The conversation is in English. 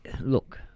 look